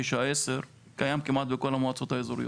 תשע או עשר קיים כמעט בכל המועצות האזוריות.